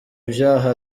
ivyaha